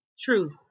truth